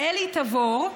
אלי תבור,